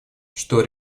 что